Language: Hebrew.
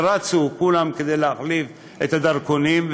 ורצו כולם כדי להחליף את הדרכונים,